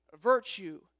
virtue